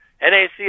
NAC